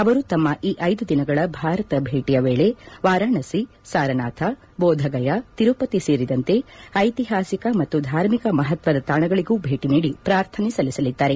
ಅವರು ತಮ್ನ ಈ ಐದು ದಿನಗಳ ಭಾರತ ಭೇಟಿಯ ವೇಳೆ ವಾರಾಣಸಿ ಸಾರನಾಥ ಬೋಧಗಯಾ ತಿರುಪತಿ ಸೇರಿದಂತೆ ಐತಿಹಾಸಿಕ ಮತ್ತು ಧಾರ್ಮಿಕ ಮಹತ್ವದ ತಾಣಗಳಿಗೂ ಭೇಟಿ ನೀಡಿ ಪ್ರಾರ್ಥನೆ ಸಲ್ಲಿಸಲಿದ್ದಾರೆ